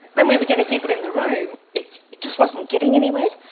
when we were getting people in the room, it just wasn't getting anywhere.